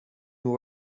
nous